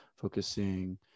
focusing